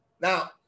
Now